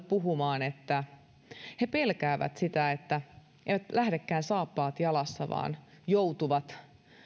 puhumaan että he pelkäävät sitä että eivät lähdekään saappaat jalassa vaan joutuvat